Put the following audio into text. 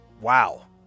Wow